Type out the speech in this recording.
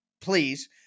Please